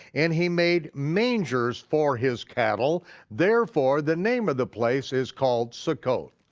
and he made mangers for his cattle therefore the name of the place is called succoth.